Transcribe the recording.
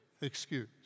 excuse